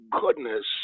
goodness